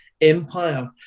empire